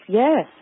yes